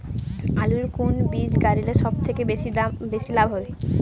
আলুর কুন বীজ গারিলে সব থাকি বেশি লাভ হবে?